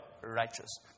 righteous